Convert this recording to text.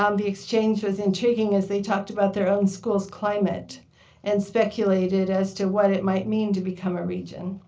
um the exchange was intriguing as they talked about their own school's climate and speculated as to might what it might mean to become a region.